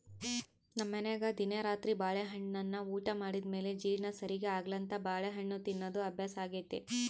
ನಮ್ಮನೆಗ ದಿನಾ ರಾತ್ರಿ ಬಾಳೆಹಣ್ಣನ್ನ ಊಟ ಮಾಡಿದ ಮೇಲೆ ಜೀರ್ಣ ಸರಿಗೆ ಆಗ್ಲೆಂತ ಬಾಳೆಹಣ್ಣು ತಿನ್ನೋದು ಅಭ್ಯಾಸಾಗೆತೆ